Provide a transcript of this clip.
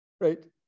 right